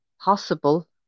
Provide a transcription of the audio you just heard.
possible